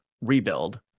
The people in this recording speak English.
rebuild